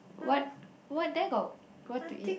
what what there got what to eat